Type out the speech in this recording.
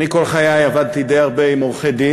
כל חיי עבדתי די הרבה עם עורכי-דין,